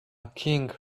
king